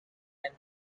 and